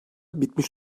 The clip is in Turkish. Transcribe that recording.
bitmiş